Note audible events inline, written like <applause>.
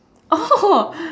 oh <laughs>